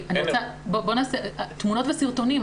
תמונות וסרטונים,